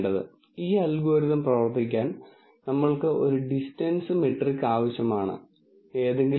കൂടുതൽ സങ്കീർണ്ണമായ പ്രോബ്ളങ്ങൾ നമുക്ക് തരംതിരിക്കാൻ ഹൈപ്പർ പ്ലെയിൻ അല്ലെങ്കിൽ ഒരു ലൈൻ മതിയാകില്ല